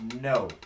no